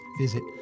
visit